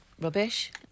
rubbish